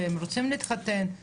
שהם רוצים להתחתן,